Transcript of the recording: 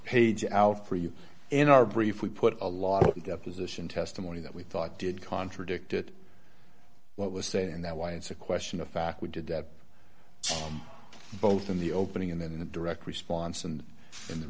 page out for you in our brief we put a lot of deposition testimony that we thought did contradict it what was said in that why it's a question of fact we did that both in the opening and in the direct response and in the